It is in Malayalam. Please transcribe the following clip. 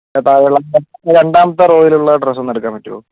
താഴെ ഉള്ള രണ്ടാമത്തെ റോയിലുള്ള ഡ്രസ്സ് ഒന്ന് എടുക്കാൻ പറ്റുമോ